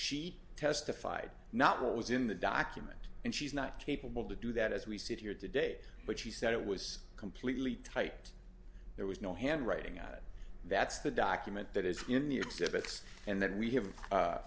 she testified not what was in the document and she's not capable to do that as we sit here today but she said it was completely typed there was no handwriting on it that's the document that is in the exhibits and then we have